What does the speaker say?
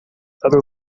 other